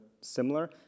similar